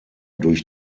durch